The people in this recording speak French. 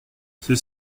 c’est